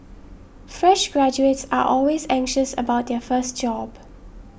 fresh graduates are always anxious about their first job